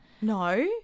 no